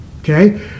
Okay